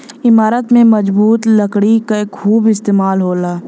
इमारत में मजबूत लकड़ी क खूब इस्तेमाल होला